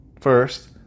first